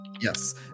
Yes